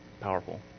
powerful